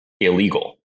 illegal